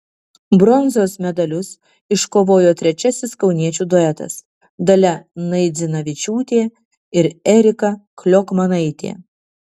bronzos medalius iškovojo trečiasis kauniečių duetas dalia naidzinavičiūtė ir erika kliokmanaitė